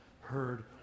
heard